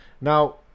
Now